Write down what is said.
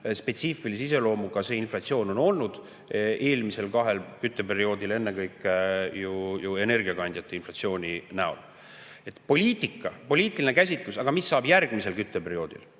spetsiifilise iseloomuga see inflatsioon on olnud eelmisel kahel kütteperioodil, ennekõike ju energiakandjate inflatsiooni näol. Poliitika, poliitiline käsitlus, aga mis saab järgmisel kütteperioodil